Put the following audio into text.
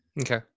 Okay